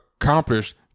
accomplished